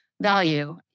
value